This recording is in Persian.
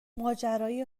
ماجرای